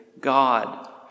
God